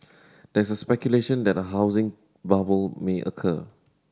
there is speculation that a housing bubble may occur